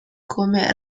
come